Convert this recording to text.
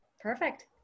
Perfect